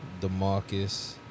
Demarcus